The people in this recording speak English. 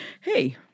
Hey